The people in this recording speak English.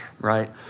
right